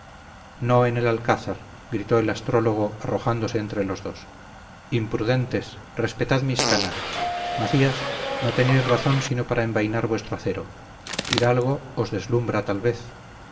no en el alcázar gritó el astrólogo arrojándose entre los dos imprudentes respetad mis canas macías no tenéis razón sino para envainar vuestro acero hidalgo os deslumbra tal vez